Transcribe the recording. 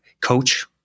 coach